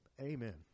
amen